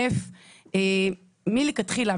מלכתחילה,